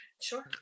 Sure